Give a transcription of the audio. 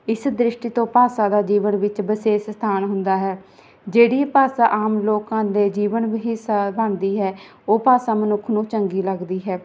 ਇਸ ਦ੍ਰਿਸ਼ਟੀ ਤੋਂ ਭਾਸ਼ਾ ਦਾ ਜੀਵਨ ਵਿੱਚ ਵਿਸ਼ੇਸ਼ ਸਥਾਨ ਹੁੰਦਾ ਹੈ ਜਿਹੜੀ ਭਾਸ਼ਾ ਆਮ ਲੋਕਾਂ ਦੇ ਜੀਵਨ ਬ ਹਿੱਸਾ ਬਣਦੀ ਹੈ ਉਹ ਭਾਸ਼ਾ ਮਨੁੱਖ ਨੂੰ ਚੰਗੀ ਲੱਗਦੀ ਹੈ